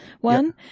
one